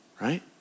right